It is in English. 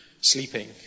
sleeping